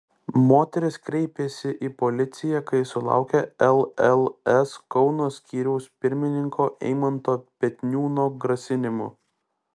moteris kreipėsi į policiją kai sulaukė lls kauno skyriaus pirmininko eimanto petniūno grasinimų